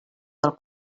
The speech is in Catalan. del